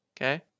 okay